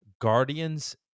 Guardians